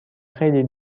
خیلی